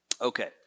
Okay